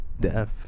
death